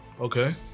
Okay